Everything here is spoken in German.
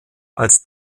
als